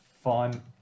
fun